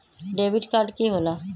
Debit card की होला?